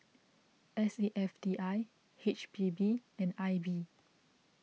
S A F T I H P B and I B